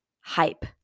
hype